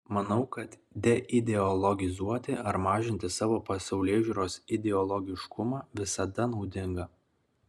manau kad deideologizuoti ar mažinti savo pasaulėžiūros ideologiškumą visada naudinga